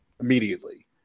immediately